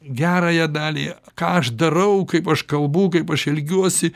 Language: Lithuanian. gerąją dalį ką aš darau kaip aš kalbu kaip aš elgiuosi